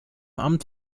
amt